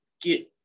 get